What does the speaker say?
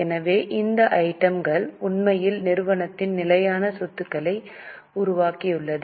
எனவே இந்த ஐட்டம் கள் உண்மையில் நிறுவனத்தின் நிலையான சொத்துக்களை உருவாக்கியது